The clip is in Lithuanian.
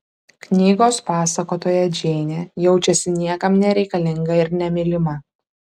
knygos pasakotoja džeinė jaučiasi niekam nereikalinga ir nemylima